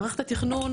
מערכת התכנון,